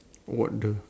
what the